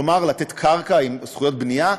כלומר לתת קרקע עם זכויות בנייה,